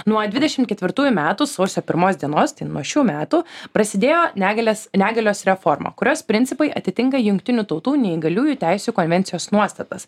nuo dvidešimt ketvirtųjų metų sausio pirmos dienos nuo šių metų prasidėjo negalės negalios reforma kurios principai atitinka jungtinių tautų neįgaliųjų teisių konvencijos nuostatas